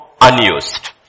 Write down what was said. unused